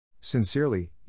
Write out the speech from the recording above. Sincerely